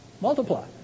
Multiply